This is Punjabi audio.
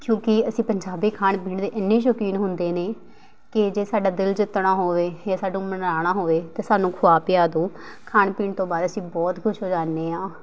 ਕਿਉਂਕਿ ਅਸੀਂ ਪੰਜਾਬ ਦੇ ਖਾਣ ਪੀਣ ਦੇ ਇੰਨੇ ਸ਼ੌਕੀਨ ਹੁੰਦੇ ਨੇ ਕਿ ਜੇ ਸਾਡਾ ਦਿਲ ਜਿੱਤਣਾ ਹੋਵੇ ਜਾਂ ਸਾਨੂੰ ਮਨਾਉਣਾ ਹੋਵੇ ਤਾਂ ਸਾਨੂੰ ਖੁਆ ਪਿਲਾ ਦਿਓ ਖਾਣ ਪੀਣ ਤੋਂ ਬਾਅਦ ਅਸੀਂ ਬਹੁਤ ਖੁਸ਼ ਹੋ ਜਾਂਦੇ ਹਾਂ